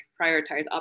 prioritize